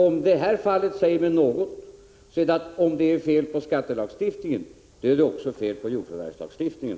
Om det här fallet säger mig något, så är det att om det är fel på skattelagstiftningen, så är det också fel på jordförvärvslagen, herr talman.